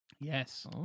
yes